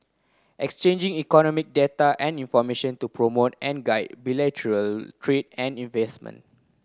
exchanging economic data and information to promote and guide bilateral trade and investment